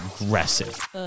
Aggressive